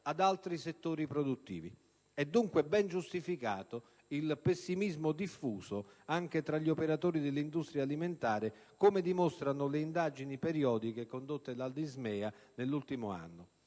ad altri settori produttivi. È dunque ben giustificato il pessimismo diffuso anche tra gli operatori dell'industria alimentare, come dimostrano le indagini periodiche condotte dall'ISMEA nell'ultimo anno.